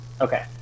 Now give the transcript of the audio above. Okay